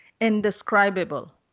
indescribable